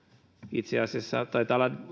itse asiassa taitaa olla